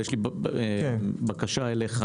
יש לי בקשה אליך.